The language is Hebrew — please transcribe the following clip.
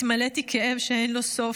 התמלאתי כאב שאין לו סוף,